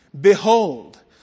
Behold